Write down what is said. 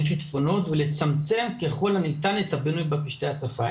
שטפונות ולצמצם ככל הניתן את הבינוי בפשטי הצפה.